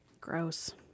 Gross